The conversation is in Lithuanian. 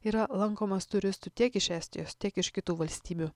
yra lankomas turistų tiek iš estijos tiek iš kitų valstybių